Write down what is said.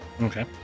Okay